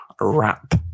wrap